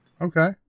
Okay